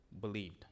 believed